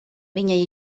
viņa